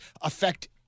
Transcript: affect